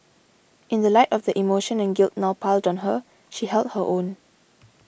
in the light of the emotion and guilt now piled on her she held her own